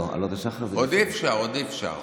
לא, עלות השחר זה, עוד אי-אפשר, עוד אי-אפשר.